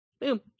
Boom